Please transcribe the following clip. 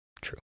True